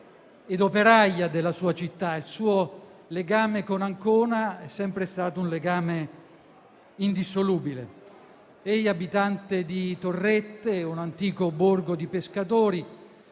Il suo legame con Ancona è sempre stato indissolubile. È stato abitante di Torrette, un antico borgo di pescatori,